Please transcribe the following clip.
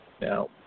Now